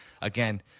again